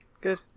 Good